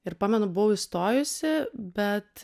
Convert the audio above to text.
ir pamenu buvau įstojusi bet